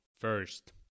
first